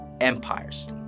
empires